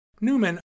Newman